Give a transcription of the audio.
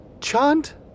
Chant